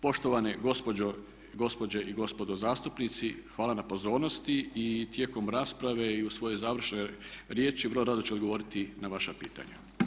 Poštovane gospođe i gospodo zastupnici hvala na pozornosti i tijekom rasprave i u svojoj završnoj riječi vrlo rado ću odgovoriti na vaša pitanja.